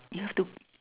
you have to